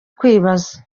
kwibaza